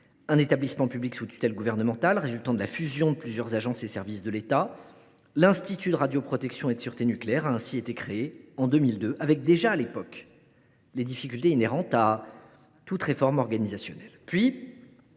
Un établissement public sous tutelle gouvernementale résultant de la fusion de plusieurs agences et services de l’État, l’Institut de radioprotection et de sûreté nucléaire (IRSN), a ainsi été créé en 2002, avec déjà, à l’époque, des difficultés inhérentes à toute réforme organisationnelle.